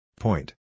Point